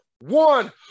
one